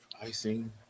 icing